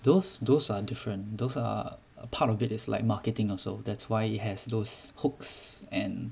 those those are different those are a part of it is like marketing also that's why it has those hooks and